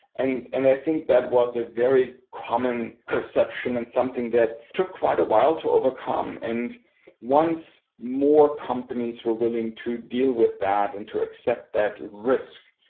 and and i think that was a very common perception and something that took quite a while to overcome. and once more companies were willing to deal with that and to accept that risk,